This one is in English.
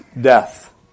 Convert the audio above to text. death